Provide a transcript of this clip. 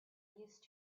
used